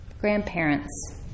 grandparents